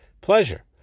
pleasure